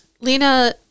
Lena